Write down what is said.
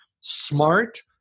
smart